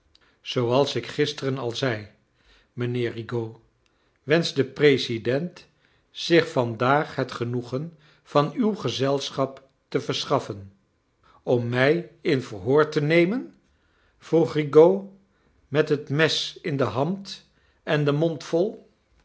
zooals ik gisteren al zei mijnheer rigaud wenscht de president zich vandaag het genoegen van uw gezelschap te verschaffen om mij in verhoor te nemen m vroeg rigaud met het mes in de hand en den mond vol